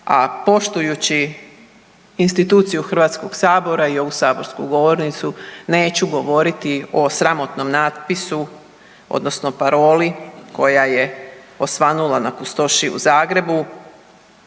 a poštujući instituciju HS-a i ovu saborsku govornicu, neću govoriti o sramotnom natpisu odnosno paroli koja je osvanula na Kustošiji u Zagrebu